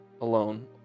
alone